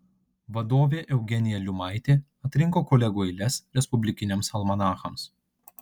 vadovė eugenija liumaitė atrinko kolegų eiles respublikiniams almanachams